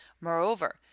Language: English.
Moreover